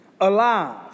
alive